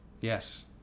yes